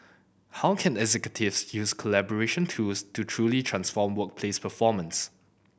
how can executives use collaboration tools to truly transform workplace performance